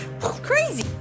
crazy